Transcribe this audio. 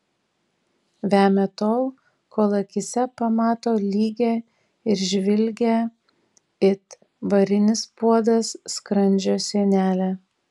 vemia tol kol akyse pamato lygią ir žvilgią it varinis puodas skrandžio sienelę